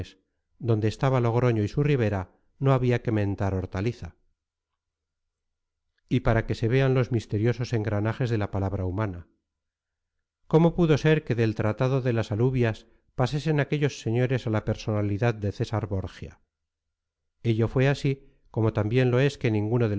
donde estaba logroño y su ribera no había que mentar hortaliza y para que se vean los misteriosos engranajes de la palabra humana cómo pudo ser que del tratado de las alubias pasasen aquellos señores a la personalidad de césar borgia ello fue así como también lo es que ninguno